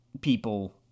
people